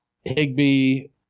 Higby